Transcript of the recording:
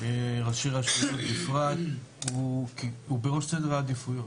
ראשי רשויות בפרט, הוא בראש סדר העדיפויות.